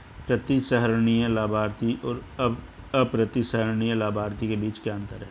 प्रतिसंहरणीय लाभार्थी और अप्रतिसंहरणीय लाभार्थी के बीच क्या अंतर है?